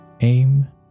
Aim